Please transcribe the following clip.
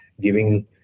giving